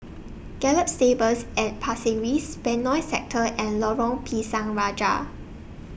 Gallop Stables At Pasir Ris Benoi Sector and Lorong Pisang Raja